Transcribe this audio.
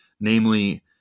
namely